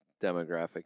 demographic